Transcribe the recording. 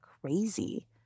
crazy